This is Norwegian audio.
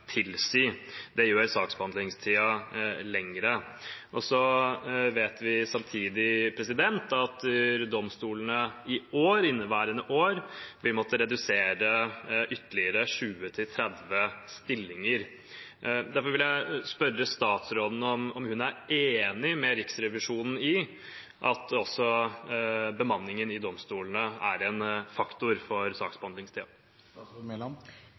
tilsi. Det gjør saksbehandlingstiden lengre. Vi vet samtidig at domstolene i inneværende år vil måtte redusere bemanningen med ytterligere 20–30 stillinger. Derfor vil jeg spørre statsråden om hun er enig med Riksrevisjonen i at også bemanningen i domstolene er en faktor for